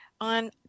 on